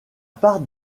part